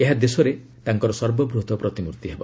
ଏହା ଦେଶରେ ତାଙ୍କର ସର୍ବବୃହତ ପ୍ରତିମ୍ଭର୍ତ୍ତି ହେବ